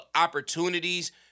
opportunities